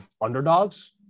underdogs